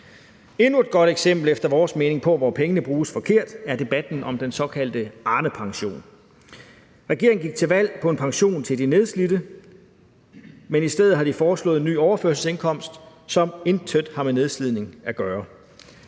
Endnu et godt eksempel på, hvor pengene efter vores mening bruges forkert, er debatten om den såkaldte Arnepension. Regeringen gik til valg på en pension til de nedslidte, men i stedet har den foreslået en ny overførselsindkomst, som intet har med nedslidning at gøre.